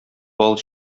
бал